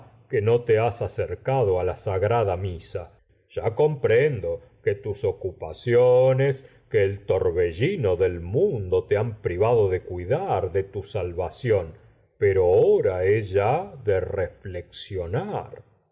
que no te has acercado á la tlagrada mesa ya comprendo que tus ocupaciones que el torbellino del mundo te han privado de cuidar de tu salvación p ero hora es ya de reflexionar